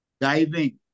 Diving